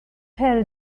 her